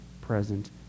present